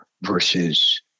versus